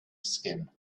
skin